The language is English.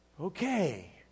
Okay